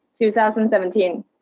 2017